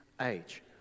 age